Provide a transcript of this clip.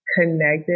connected